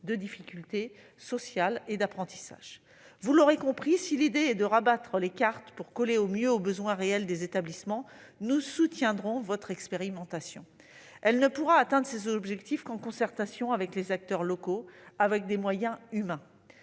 des difficultés sociales et d'apprentissage. Vous l'aurez compris, madame la secrétaire d'État, si l'idée est de rebattre les cartes pour coller au mieux aux besoins réels des établissements, nous soutiendrons votre expérimentation. Celle-ci ne pourra atteindre ses objectifs qu'en concertation avec les acteurs locaux, et avec des moyens humains.